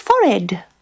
forehead